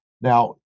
Now